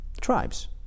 tribes